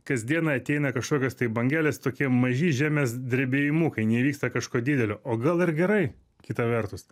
kas dieną ateina kažkokios tai bangelės tokie maži žemės drebėjimukai neįvyksta kažko didelio o gal ir gerai kita vertus